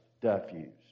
diffused